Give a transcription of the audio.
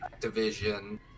Activision